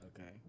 Okay